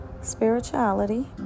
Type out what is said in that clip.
spirituality